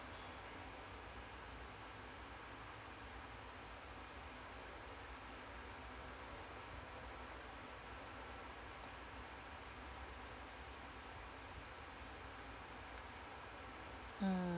mm